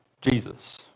Jesus